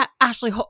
Ashley